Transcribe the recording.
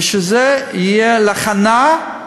ושזה יהיה להכנה,